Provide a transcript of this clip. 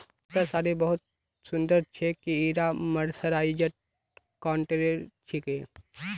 सुनीतार साड़ी बहुत सुंदर छेक, की ईटा मर्सराइज्ड कॉटनेर छिके